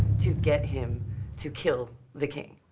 to get him to kill the king.